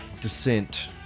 Descent